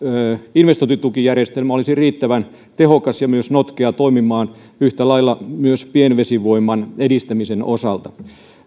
investointitukijärjestelmä olisi riittävän tehokas ja myös notkea toimimaan yhtä lailla myös pienvesivoiman edistämisen osalta